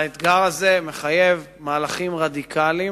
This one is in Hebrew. האתגר הזה מחייב מהלכים רדיקליים,